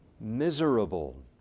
miserable